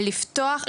ולפתוח,